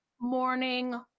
morning